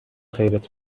خیرت